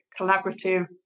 collaborative